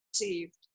received